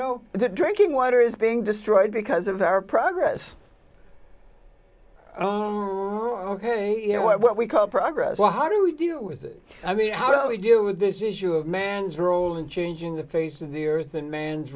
know the drinking water is being destroyed because of our progress ok you know what we call progress so how do we deal with it i mean how do we deal with this issue of man's role in changing the face of the earth and man's